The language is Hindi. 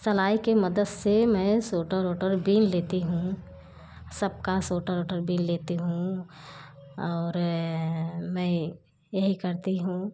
सलाई के मदद से मैं सूटर उटर बुन लेती हूँ सबका सूटर उटर बुन लेती हूँ और मैं यही करती हूँ